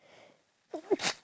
iya